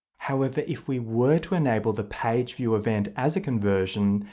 however, if we were to enable the page view event as a conversion,